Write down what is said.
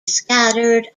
scattered